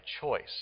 choice